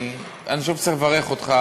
אני חושב שצריך לברך אותך,